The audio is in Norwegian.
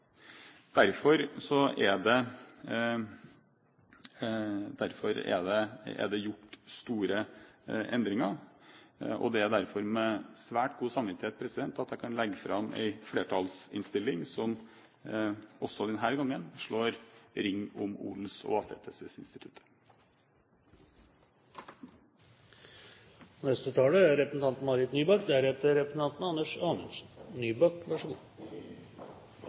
Det er gjort store endringer, og det er derfor med svært god samvittighet jeg kan legge fram en flertallsinnstilling som også denne gangen slår ring om odels- og åsetesinstituttet. Jeg er